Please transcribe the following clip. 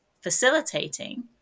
facilitating